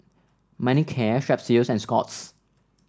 Manicare Strepsils and Scott's